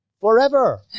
Forever